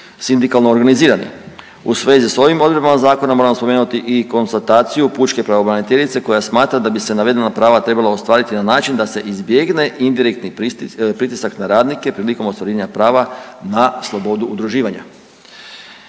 sindikalno organizirani. U svezi s ovim odredbama zakona moram spomenuti i konstataciju pučke pravobraniteljice koja smatra da bi se navedena prava trebala ostvariti na način da se izbjegne indirektni pritisak na radnike prilikom ostvarivanja prava na slobodu udruživanja.